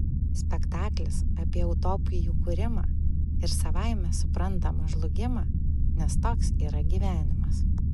spektaklis apie utopijų kūrimą ir savaime suprantama žlugimą nes toks yra gyvenimas